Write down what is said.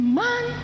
man